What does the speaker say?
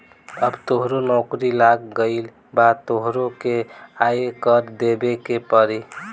अब तोहरो नौकरी लाग गइल अब तोहरो के आय कर देबे के पड़ी